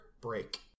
break